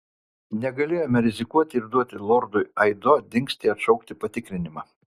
negalėjome rizikuoti ir duoti lordui aido dingstį atšaukti patikrinimą